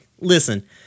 listen